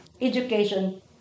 Education